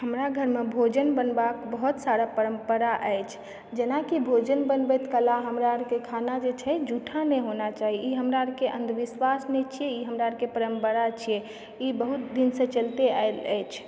हमरा घरमे भोजन बनेबाक बहुत सारा परम्परा अछि जेनाकि भोजन बनबैत कला हमरा अरके खाना जे छै जूठा नहि होना चाही ई हमरा अरके अन्धविश्वास नहि छियै ई हमरा अरके परम्परा छियै ई बहुत दिनसँ चलिते आबि रहल अछि